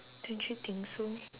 don't you think so